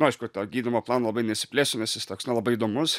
nu aišku tą gydymo planą labai nesiplėsiu nes jis toks nelabai įdomus